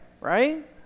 right